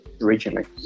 originally